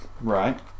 Right